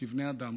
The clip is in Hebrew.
כבני אדם